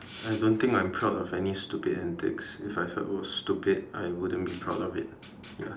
I don't think I'm proud of any stupid antics if I felt it was stupid I wouldn't be proud of it ya